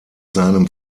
seinem